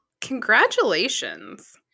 Congratulations